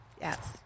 Yes